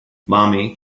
mommy